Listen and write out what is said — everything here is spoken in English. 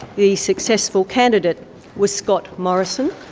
the successful candidate was scott morrison,